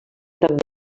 també